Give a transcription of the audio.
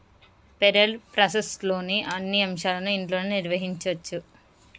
payroll ప్రాసెస్లోని అన్ని అంశాలను ఇంట్లోనే నిర్వహించచ్చు